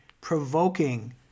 provoking